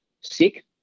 sick